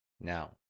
Now